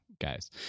guys